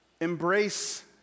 embrace